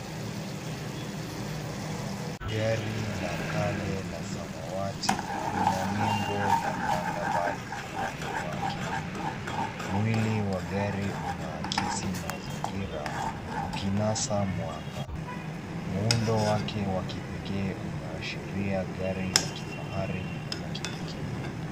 Gari la kale la samawati lina nembo ya Thunderbird upande wake. Mwili wa gari unaakisi mazingira, ukinasa mwanga. Muundo wake wa kipekee unaashiria gari la kifahari na la kipekee.